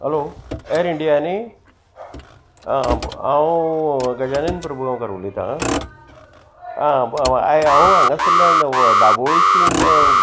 hello Air India न्ही आ हांव गजानंद प्रभु गांवकार उलयतां आ आय हांव हांगासल्ल्यान दाबोळीसून